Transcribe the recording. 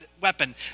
weapon